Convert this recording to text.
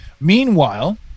Meanwhile